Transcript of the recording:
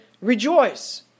rejoice